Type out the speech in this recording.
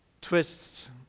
twists